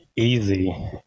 Easy